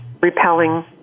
repelling